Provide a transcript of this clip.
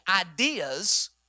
ideas